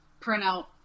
printout